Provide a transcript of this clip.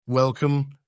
Welcome